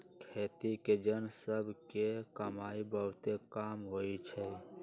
खेती के जन सभ के कमाइ बहुते कम होइ छइ